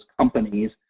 companies